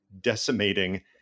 decimating